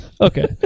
Okay